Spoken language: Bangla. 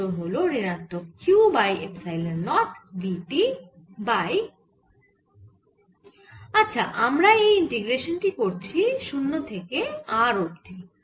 উত্তর হল ঋণাত্মক q by epsilon nought v t by আচ্ছা আমরা এই ইন্টিগ্রেশান টি করছি 0 থেকে R অবধি